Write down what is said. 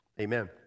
amen